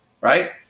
right